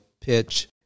pitch